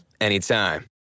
anytime